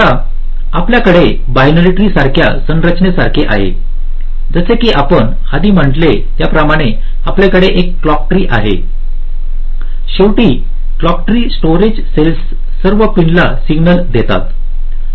आता आपल्याकडे binary tree सारख्या संरचनेसारखे आहे जसे की आपण आधी म्हटले त्याप्रमाणे आपल्याकडे एक क्लॉक ट्री आहे शेवटी क्लॉक ट्री स्टोरेज सेल्सचे सर्व पिनला सिग्नल देत आहे